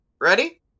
Ready